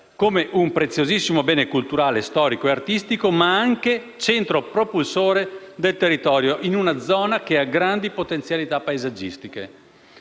come un preziosissimo bene culturale, storico e artistico, ma anche come centro propulsore del territorio in una zona che ha grandi potenzialità paesaggistiche.